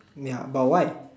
ya but why